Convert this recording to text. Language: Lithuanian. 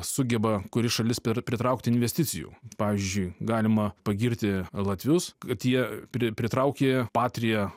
sugeba kuri šalis pir pritraukti investicijų pavyzdžiui galima pagirti latvius kad jie pri pritraukė patrija